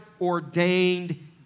ordained